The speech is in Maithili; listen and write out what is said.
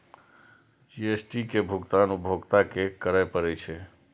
जी.एस.टी के भुगतान उपभोक्ता कें करय पड़ै छै